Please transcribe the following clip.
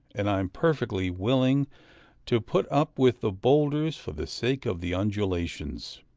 and i am perfectly willing to put up with the bowlders for the sake of the undulations.